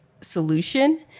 solution